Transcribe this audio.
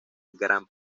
gran